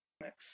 Next